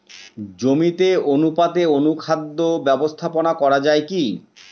জমিতে অনুপাতে অনুখাদ্য ব্যবস্থাপনা করা য়ায় কি?